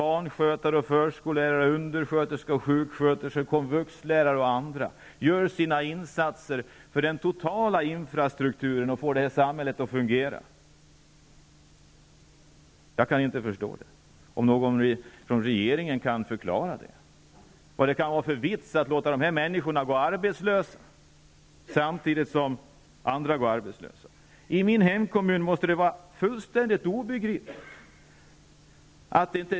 Barnskötare, förskollärare, undersköterskor, sjuksköterskor, komvuxlärare och andra gör sina insatser i kommunerna för den totala infrastrukturen och för att få samhället att fungera. Jag kan inte förstå det, men kanske någon från regeringen kan förklara vad det kan vara för vits med att låta dessa människor gå arbetslösa, samtidigt som övriga arbetstagare går arbetslösa. I min kommun är detta fullständigt obegripligt.